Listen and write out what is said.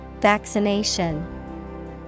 Vaccination